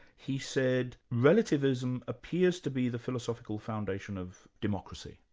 he said, relativism appears to be the philosophical foundation of democracy,